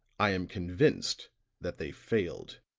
i am convinced that they failed.